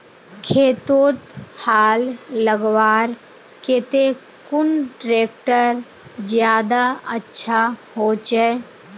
खेतोत हाल लगवार केते कुन ट्रैक्टर ज्यादा अच्छा होचए?